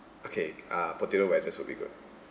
okay uh potato wedges will be good